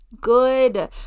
good